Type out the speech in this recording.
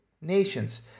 nations